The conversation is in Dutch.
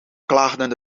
klaagden